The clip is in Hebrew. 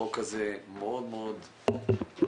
החוק הזה מאוד מאוד חשוב,